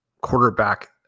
quarterback